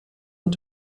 und